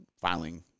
filing